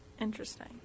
Interesting